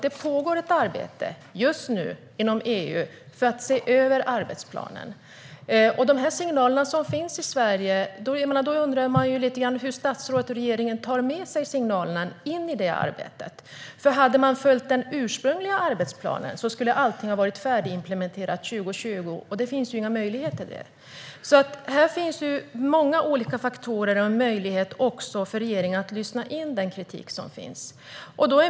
Det pågår ett arbete just nu inom EU för att se över arbetsplanen, och när det gäller signalerna som finns i Sverige undrar man lite grann hur statsrådet och regeringen tar med sig dem in i det arbetet. Hade man följt den ursprungliga arbetsplanen skulle allting ha varit färdigimplementerat 2020, och det finns ju ingen möjlighet till det. Här finns alltså många olika faktorer och också en möjlighet för regeringen att lyssna till den kritik som finns.